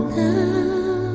now